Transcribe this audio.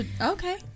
okay